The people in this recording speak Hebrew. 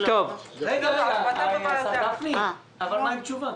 השר גפני, מה עם תשובה?